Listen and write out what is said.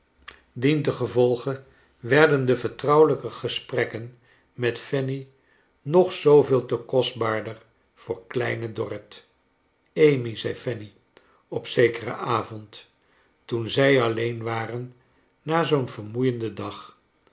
dientengevolge werden de vertrouwelijke gesprekken met fanny nog zooveel te kostbaarder voor kleine dorrit anry zei fanny op zekeren avond toen zij alleen waren na zoo'n vermoeienden dag